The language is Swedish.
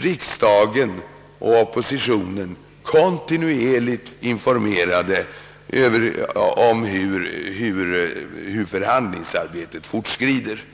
riksdagen och oppositionen kontinuerligt informerade om hur förhandlingsarbetet fortskrider.